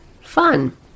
Fun